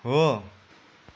हो